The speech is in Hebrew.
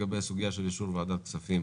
ולגבי הסוגיה של אישור ועדת הכספים